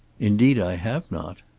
indeed i have not.